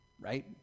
right